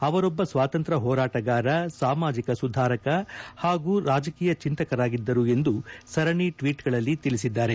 ಅವರೊಬ್ಬ ಸ್ವತಂತ್ರ ಹೋರಾಟಗಾರ ಸಾಮಾಜಿಕ ಸುಧಾರಕ ಹಾಗೂ ರಾಜಕೀಯ ಚಿಂತಕರಾಗಿದ್ದರು ಎಂದು ಸರಣಿ ಟ್ವೀಟ್ಗಳಲ್ಲಿ ತಿಳಿಸಿದ್ದಾರೆ